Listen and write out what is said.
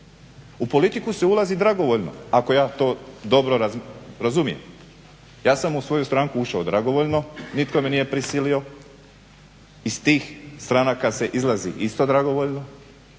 U politiku se ulazi dragovoljno, ako ja to dobro razumijem. Ja sam u svoj stranku ušao dragovoljno, nitko me nije prisilio iz tih stranka se izlazi isto dragovoljno.